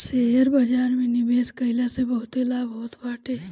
share बाजार में निवेश कईला से बहुते लाभ होत बाटे